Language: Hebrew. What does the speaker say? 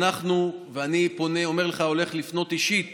אני אומר לך, אני הולך לפנות אישית